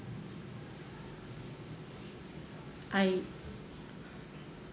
I